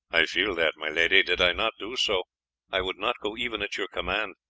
i feel that, my lady did i not do so i would not go even at your command.